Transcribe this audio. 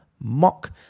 mock